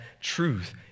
truth